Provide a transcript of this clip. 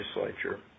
legislature